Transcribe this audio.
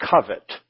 covet